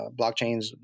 blockchains